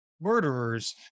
murderers